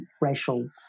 racial